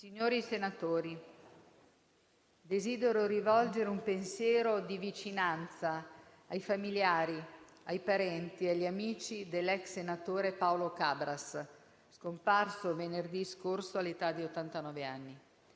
Signori senatori, desidero rivolgere un pensiero di vicinanza ai familiari, ai parenti e agli amici dell'ex senatore Paolo Cabras, scomparso venerdì scorso all'età di ottantanove